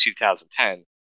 2010